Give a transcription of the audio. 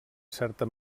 certa